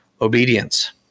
obedience